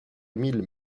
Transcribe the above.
émile